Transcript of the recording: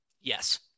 Yes